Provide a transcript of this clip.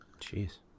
Jeez